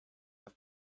have